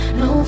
no